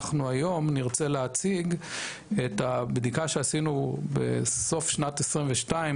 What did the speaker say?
היום אנחנו נרצה להציג את הבדיקה שעשינו בסוף שנת 22',